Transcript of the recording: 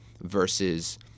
versus